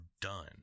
done